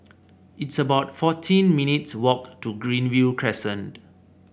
it's about fourteen minutes' walk to Greenview Crescent